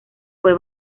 fue